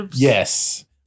Yes